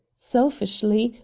selfishly,